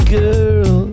girl